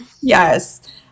Yes